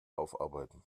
aufarbeiten